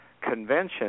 convention